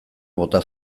bota